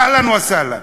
אהלן וסהלן.